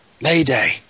Mayday